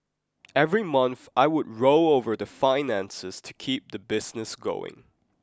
every month I would roll over my finances to keep the business going